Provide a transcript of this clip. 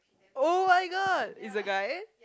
oh-my-god is a guy